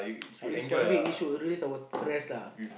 at least one week we should release our stress lah